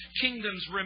Kingdoms